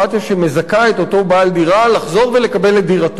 שמזכה את אותו בעל דירה לחזור ולקבל את דירתו.